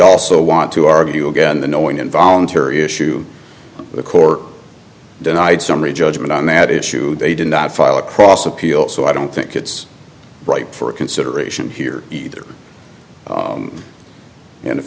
also want to argue again the no one involuntary issue the court denied summary judgment on that issue they did not file across appeal so i don't think it's right for a consideration here either and